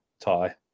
tie